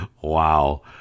Wow